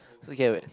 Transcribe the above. so K wait